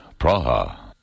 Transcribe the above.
Praha